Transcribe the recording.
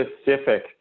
specific